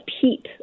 peep